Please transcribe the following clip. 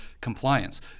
compliance